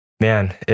Man